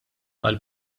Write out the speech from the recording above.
għall